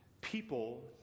people